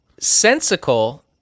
Sensical